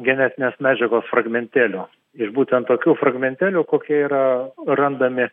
genetinės medžiagos fragmentėlių iš būtent tokių fragmentėlių kokie yra randami